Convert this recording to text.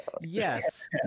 yes